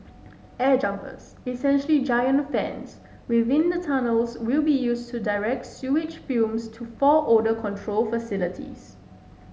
air jumpers essentially giant fans within the tunnels will be used to direct sewage fumes to four odour control facilities